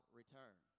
return